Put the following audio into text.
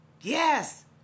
Yes